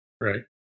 Right